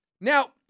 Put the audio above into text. Now